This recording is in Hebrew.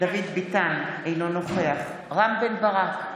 דוד ביטן, אינו נוכח רם בן ברק,